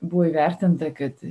buvo įvertinta kad